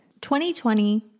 2020